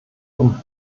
und